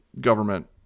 government